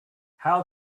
how